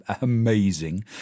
amazing